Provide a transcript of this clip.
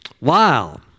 wow